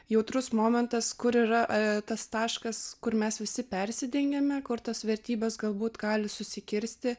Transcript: jautrus momentas kur yra tas taškas kur mes visi persidengiame kur tos vertybės galbūt gali susikirsti